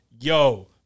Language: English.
yo